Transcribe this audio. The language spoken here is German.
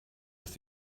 ist